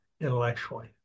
intellectually